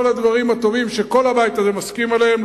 כל הדברים הטובים שכל הבית הזה מסכים עליהם,